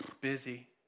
busy